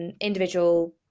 individual